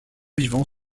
vivant